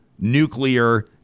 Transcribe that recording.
nuclear